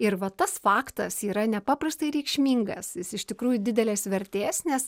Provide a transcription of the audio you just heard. ir va tas faktas yra nepaprastai reikšmingas jis iš tikrųjų didelės vertės nes